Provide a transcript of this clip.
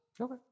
okay